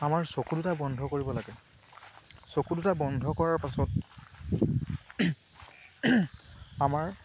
আমাৰ চকু দুটা বন্ধ কৰিব লাগে চকু দুটা বন্ধ কৰাৰ পাছত আমাৰ